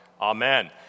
Amen